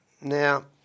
Now